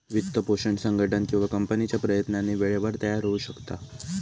वित्तपोषण संघटन किंवा कंपनीच्या प्रयत्नांनी वेळेवर तयार होऊ शकता